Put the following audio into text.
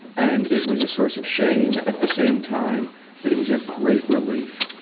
and it was a source of shame, at the same time that it was a great relief.